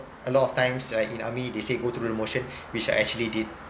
a lot of times uh in army they say go through the motion which I actually did